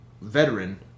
veteran